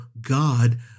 God